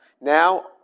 Now